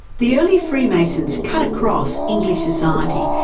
the early freemasons cut across english society,